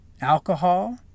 Alcohol